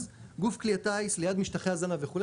אז גוף כלי הטיס ליד משטחי הזנה וכו',